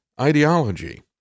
ideology